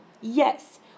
Yes